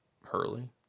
Hurley